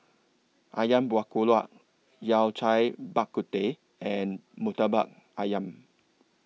Ayam Buah Keluak Yao Cai Bak Kut Teh and Murtabak Ayam